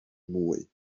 mwy